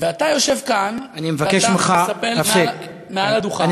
ואתה יושב כאן ואתה מספר מעל הדוכן,